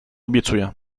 obiecuję